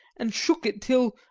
and shook it till,